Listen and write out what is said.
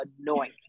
annoying